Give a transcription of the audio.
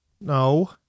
No